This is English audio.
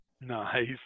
nice